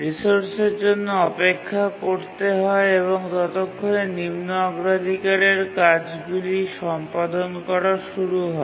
রিসোর্সের জন্য অপেক্ষা করতে হয় এবং ততক্ষণে নিম্ন অগ্রাধিকারের কাজগুলি সম্পাদন করা শুরু হয়